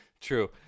True